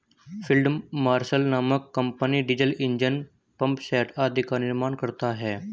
field marshal नामक company diesel engine, pump set आदि का निर्माण करता है